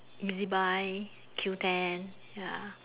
E_Z buy buy Q ten ya